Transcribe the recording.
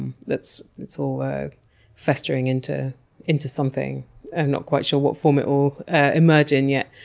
um that's that's all festering into into something and not quite sure what form it will emerge in yet.